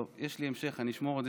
טוב, יש לי המשך, אני אשמור את זה.